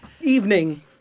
evening